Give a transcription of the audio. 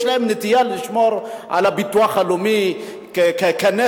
יש להם נטייה לשמור על הביטוח הלאומי כנכס,